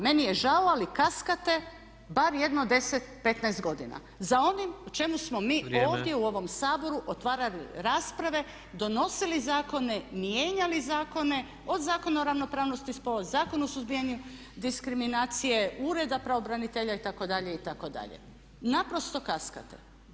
Meni je žao ali kaskate bar jedno 10, 15 godina za onim o čemu smo mi ovdje u ovom Saboru otvarali rasprave, donosili zakone, mijenjali zakone od Zakona o ravnopravnosti spolova, Zakon o suzbijanju diskriminacije, ureda pravobranitelja itd., itd. naprosto kaskate.